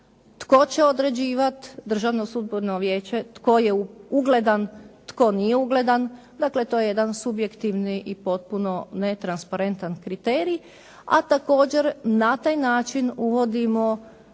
Tko će određivati, državno sudbeno vijeće, tko je ugledan, tko nije ugledan, dakle, to je jedan subjektivni i potpuno netransparentan kriterij. A također na taj način uvodimo